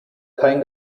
kein